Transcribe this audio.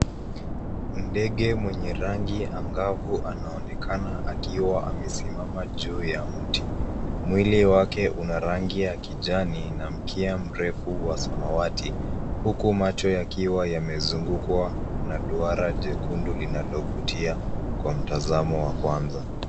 Ndege mwenye rangi angavu anaonekana akiwa amesimama juu ya mti. Mwili wake una rangi ya kijani na mkia mrefu wa samawati huku macho yakiwa yamezungukwa na duara jekundu linalovutia kwa mtazamo wa kwanza.